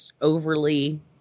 overly